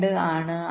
2 ഉം ആണ്